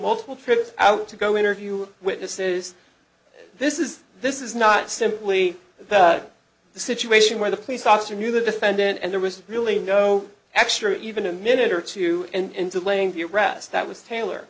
multiple trips out to go interview witnesses this is this is not simply a situation where the police officer knew the defendant and there was really no extra even a minute or two and delaying the rest that was tailor